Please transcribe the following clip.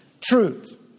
Truth